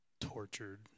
tortured